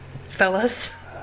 Fellas